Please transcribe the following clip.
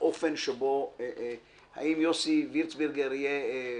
לאופן שבו האם יוסי וירצבורגר יהיה